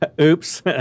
Oops